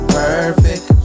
perfect